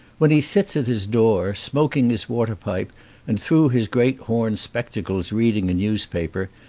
when he sits at his door, smoking his water pipe and through his great horn spectacles reading a newspaper,